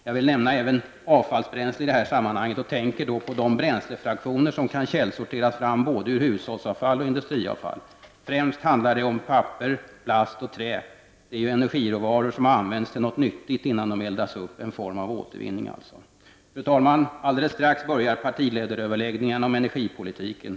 Jag vill nämna även avfallsbränsle i detta sammanhang och tänker då på bränslefraktioner som kan källsorteras ur både hushållsavfall och industriavfall. Främst handlar det om papper, plast och trä. Det är ju energiråvaror som har använts till något nyttigt innan de eldas upp, en form av återvinning alltså. Fru talman! Alldeles strax börjar partiledaröverläggningarna om energipolitiken.